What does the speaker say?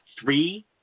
three